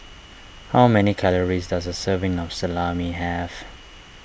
how many calories does a serving of Salami have